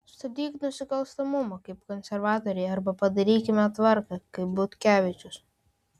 stabdyk nusikalstamumą kaip konservatoriai arba padarykime tvarką kaip butkevičius